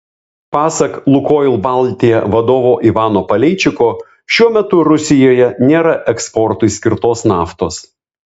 pasak lukoil baltija vadovo ivano paleičiko šiuo metu rusijoje nėra eksportui skirtos naftos